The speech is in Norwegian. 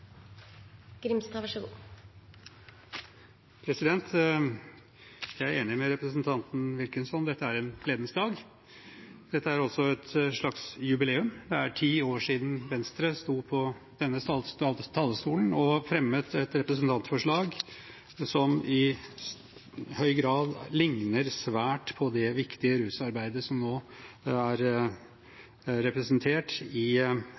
ifra er så gode som noen håper på i dag. Representanten Nicholas Wilkinson har tatt opp de forslagene han refererte til. Jeg er enig med representanten Wilkinson – dette er en gledens dag. Dette er også et slags jubileum. Det er ti år siden Venstre sto på denne talerstolen og fremmet et representantforslag som i høy grad ligner svært på det viktige rusarbeidet